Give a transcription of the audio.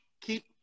Keep